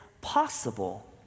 possible